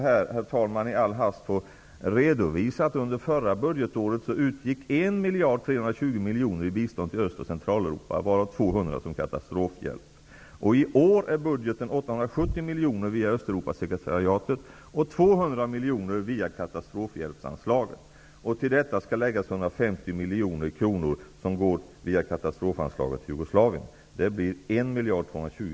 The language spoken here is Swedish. Låt mig i all hast få redovisa att under förra budgetåret gick 1 320 miljoner kronor till bistånd i Öst och Centraleuropa, varav 200 miljoner via katastrofhjälpsanslaget, och till detta skall läggas 150 miljoner kronor som går via katastrofanslaget till Jugoslavien. Det blir 1 220